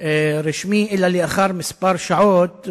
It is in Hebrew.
רשמי אלא לאחר כמה שעות,